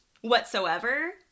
whatsoever